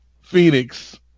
Phoenix